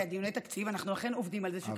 דיוני תקציבי, אנחנו אכן עובדים על זה.